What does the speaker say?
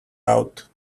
out